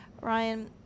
Ryan